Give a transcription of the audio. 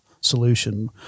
solution